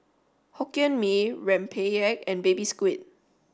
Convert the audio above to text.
Hokkien Mee Rempeyek and baby Squid